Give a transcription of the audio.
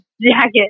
jacket